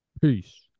Peace